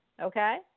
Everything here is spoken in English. Okay